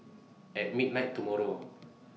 At midnight tomorrow